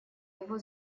его